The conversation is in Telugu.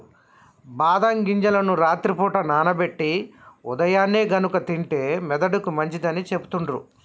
బాదం గింజలను రాత్రి పూట నానబెట్టి ఉదయాన్నే గనుక తింటే మెదడుకి మంచిదని సెపుతుండ్రు